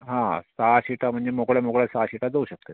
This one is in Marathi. हा सहा शीटा म्हनजे मोकळ्या मोकळ्या सहा शीटा देऊ शकते